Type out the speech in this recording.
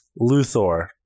Luthor